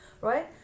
right